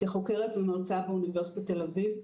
כחוקרת ומרצה באוניברסיטת תל אביב,